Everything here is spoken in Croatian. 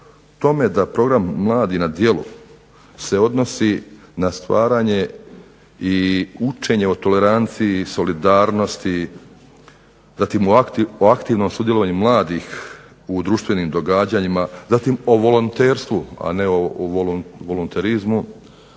tome da Program mladi na djelu se odnosi na stvaranje i učenje o toleranciji i solidarnosti, zatim o aktivnom sudjelovanju mladih u društvenim događanjima, zatim o volonterstvu, a ne o volonterizmu